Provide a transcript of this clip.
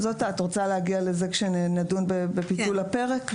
את רוצה להגיע לזה כשנדון בביטול הפרק?